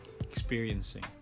experiencing